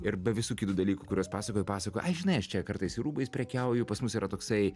ir be visų kitų dalykų kuriuos pasakojo pasakojo ai žinai aš čia kartais ir rūbais prekiauju pas mus yra toksai